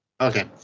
Okay